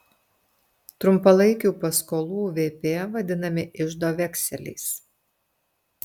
trumpalaikių paskolų vp vadinami iždo vekseliais